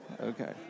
Okay